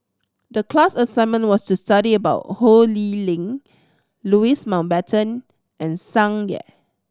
the class assignment was to study about Ho Lee Ling Louis Mountbatten and Tsung Yeh